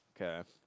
okay